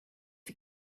you